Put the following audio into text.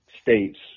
states